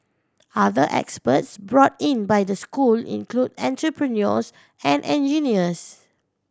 other experts brought in by the school include entrepreneurs and engineers